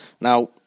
Now